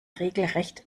regelrecht